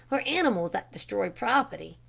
or animals that destroy property,